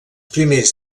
primers